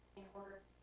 in order